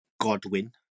Godwin